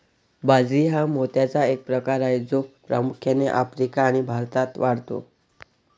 बाजरी हा मोत्याचा एक प्रकार आहे जो प्रामुख्याने आफ्रिका आणि भारतात वाढतो